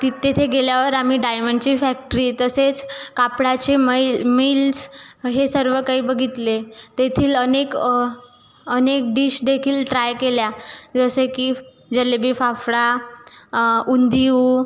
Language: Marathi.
तित् तेथे गेल्यावर आम्ही डायमंडची फॅक्टरी तसेच कापडाची मैल मिल्स् हे सर्व काही बघितले तेथील अनेक अनेक डिशदेखील ट्राय केल्या जसे की जलेबी फाफडा उंधीयू